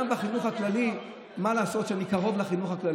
אתה לא צריך להוכיח לו כלום.